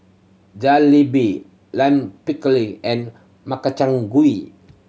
Jalebi Lime Pickle and Makchang Gui